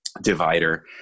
divider